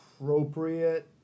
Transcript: appropriate